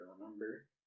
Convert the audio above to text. remember